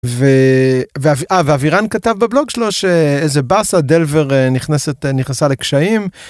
ואבירן כתב בבלוג שלו שאיזה באסה דלבר נכנסת נכנסה לקשיים.